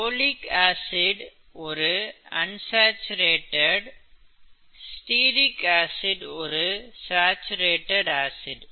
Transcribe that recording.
oleic acid ஒரு unsaturated stearic acid ஒரு saturated acid